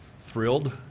thrilled